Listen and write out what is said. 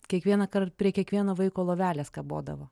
kiekvienąkart prie kiekvieno vaiko lovelės kabodavo